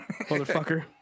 Motherfucker